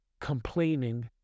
complaining